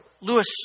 Lewis